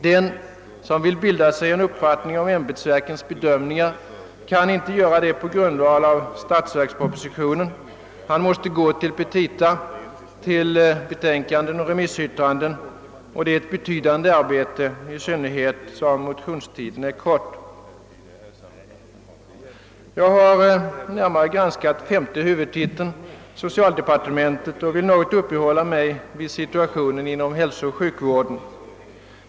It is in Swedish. Den som vill bilda sig en uppfattning om ämbetsverkens bedömningar kan inte göra det på grundval av statsverkspropositionen. Han måste gå till petita, betänkanden och remissyttranden och det är ett betydande arbete i synnerhet som motionstiden är kort. Jag har närmare granskat femte huvudtiteln, socialdepartementet, och vill något uppehålla mig vid situationen inom hälsooch sjukvården.